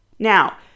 Now